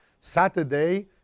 Saturday